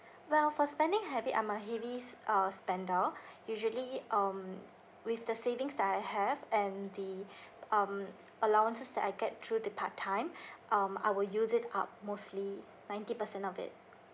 well for spending habit I'm a heavy uh spender usually um with the savings that I have and the um allowances that I get through the part time um I will use it up mostly ninety percent of it